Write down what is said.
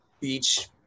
beach